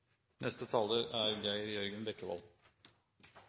Neste taler er